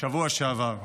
בשבוע שעבר.